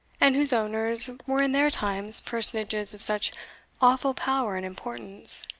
and whose owners were in their times personages of such awful power and importance?